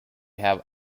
have